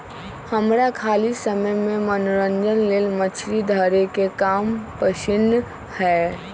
हमरा खाली समय में मनोरंजन लेल मछरी धरे के काम पसिन्न हय